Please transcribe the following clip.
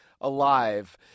alive